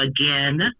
again